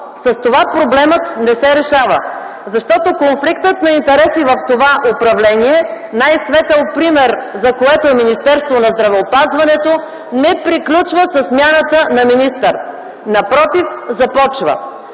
с това проблемът не се решава, защото конфликтът на интереси в това управление, най-светъл пример за който е Министерството на здравеопазването, не приключва със смяната на министър. Напротив, започва!